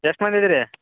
ಎಷ್ಟು ಮಂದಿ ಇದ್ದೀರಿ